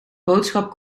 boodschap